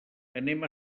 anem